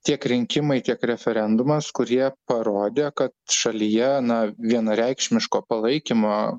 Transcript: tiek rinkimai tiek referendumas kurie parodė kad šalyje na vienareikšmiško palaikymo